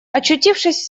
очутившись